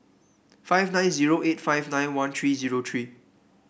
five nine zero eight five nine one three zero three